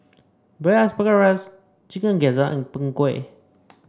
Braised Asparagus Chicken Gizzard and Png Kueh